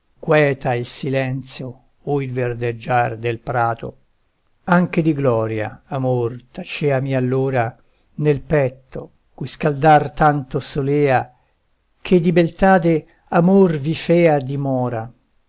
queta il silenzio o il verdeggiar del prato anche di gloria amor taceami allora nel petto cui scaldar tanto solea che di beltade amor vi fea dimora